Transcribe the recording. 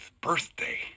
birthday